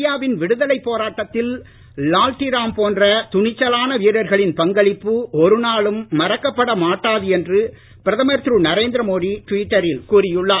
இந்தியாவின் விடுதலைப் போராட்டத்தில் லால்ட்டி ராம் போன்ற துணிச்சலான வீரர்களின் பங்களிப்பு ஒருநாளும் மறக்கப்பட மாட்டாது என்று பிரதமர் திரு நரேந்திர மோடி டுவிட்டரில் கூறி உள்ளார்